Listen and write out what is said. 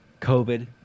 COVID